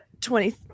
twenty